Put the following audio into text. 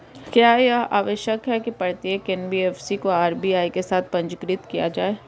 क्या यह आवश्यक है कि प्रत्येक एन.बी.एफ.सी को आर.बी.आई के साथ पंजीकृत किया जाए?